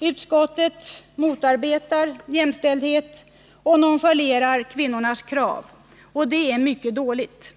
Utskottet motarbetar jämställdhet och nonchalerar kvinnornas krav. Det är mycket dåligt.